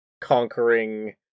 conquering